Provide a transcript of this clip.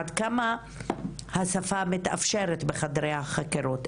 עד כמה השפה מתאפשרת בחדרי החקירות,